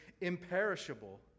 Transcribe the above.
imperishable